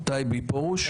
פרוש,